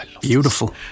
Beautiful